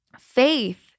Faith